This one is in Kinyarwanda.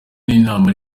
n’inama